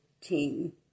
team